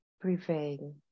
prevail